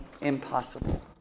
impossible